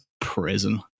prison